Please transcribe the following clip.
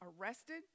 arrested